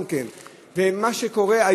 מה שקורה,